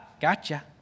gotcha